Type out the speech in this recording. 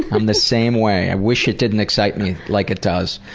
i'm the same way. i wish it didn't excite me like it does.